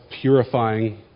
purifying